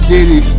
Diddy